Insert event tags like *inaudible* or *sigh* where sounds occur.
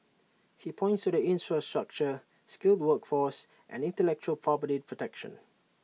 he points to the *unintelligible* skilled workforce and intellectual property protection